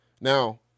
Now